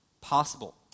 possible